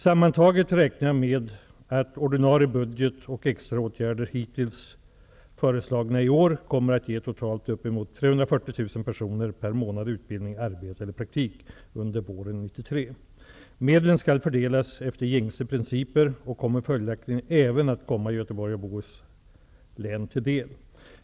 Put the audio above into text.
Sammantaget räknar jag med att ordinarie budget och extra åtgärder hittills föreslagna i år, kommer att ge totalt uppemot 340 000 personer per månad utbildning, arbete eller praktik under våren 1993. Medlen skall fördelas efter gängse principer och kommer följaktligen även att komma Göteborgs och Bohus län till del.